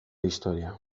historia